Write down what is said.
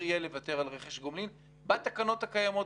יהיה לוותר על רכש גומלין בתקנות הקיימות,